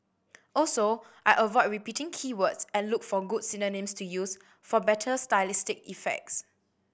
also I avoid repeating key words and look for good synonyms to use for better stylistic effects